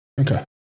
Okay